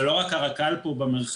זה לא רק הרק"ל פה במרחב,